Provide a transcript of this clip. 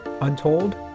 untold